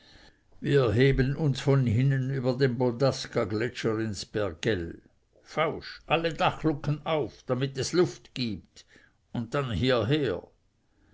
wir heben uns von hinnen über den bondascagletscher ins bergell fausch alle dachluken auf damit es luft gibt und dann hierher